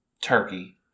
turkey